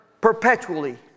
perpetually